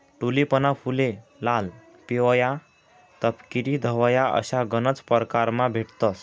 टूलिपना फुले लाल, पिवया, तपकिरी, धवया अशा गनज परकारमा भेटतंस